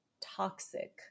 toxic